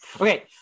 Okay